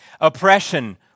oppression